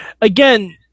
again